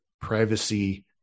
privacy